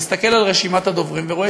אני מסתכל על רשימת הדוברים ורואה